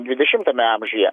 dvidešimtame amžiuje